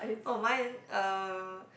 oh mine uh